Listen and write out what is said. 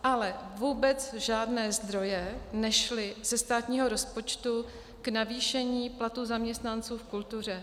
Ale vůbec žádné zdroje nešly ze státního rozpočtu k navýšení platů zaměstnanců v kultuře.